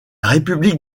république